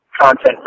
content